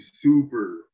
super